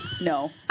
No